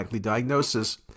diagnosis